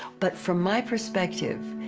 but, from my perspective,